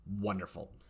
wonderful